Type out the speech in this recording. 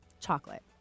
chocolate